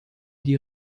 die